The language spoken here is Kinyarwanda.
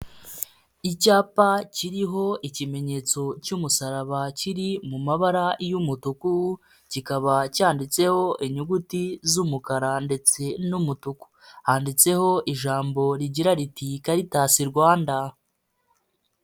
Icyapa kiriho ikimenyetso cy'umusaraba kiri mu mabara y'umutuku, kikaba cyanditseho inyuguti z'umukara ndetse n'umutuku, handitseho ijambo rigira riti " caritasi Rwanda".